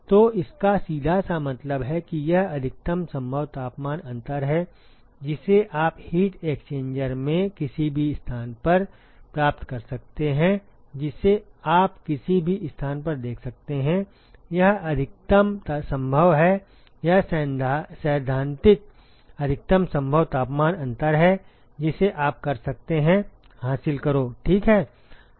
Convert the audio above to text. तो इसका सीधा सा मतलब है कि यह अधिकतम संभव तापमान अंतर है जिसे आप हीट एक्सचेंजर में किसी भी स्थान पर प्राप्त कर सकते हैं जिसे आप किसी भी स्थान पर देख सकते हैं और यह अधिकतम संभव है यह सैद्धांतिक अधिकतम संभव तापमान अंतर है जिसे आप कर सकते हैं हासिल करो ठीक है